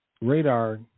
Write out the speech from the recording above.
radar